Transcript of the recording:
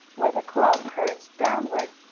where the claw curves downward.